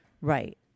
Right